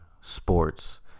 sports